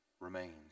remains